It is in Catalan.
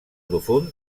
profund